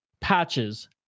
patches